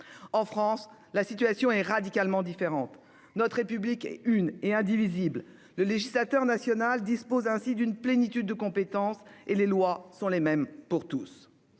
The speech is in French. En France, la situation est radicalement différente. Notre République est une et indivisible. Le législateur national dispose ainsi d'une plénitude de compétences et les lois sont les mêmes pour tous.